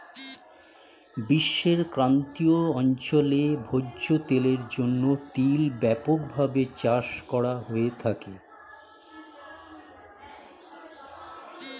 বিশ্বের ক্রান্তীয় অঞ্চলে ভোজ্য তেলের জন্য তিল ব্যাপকভাবে চাষ করা হয়ে থাকে